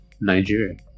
nigeria